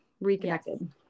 reconnected